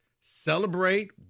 celebrate